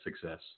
success